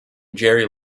jerry